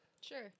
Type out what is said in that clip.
Sure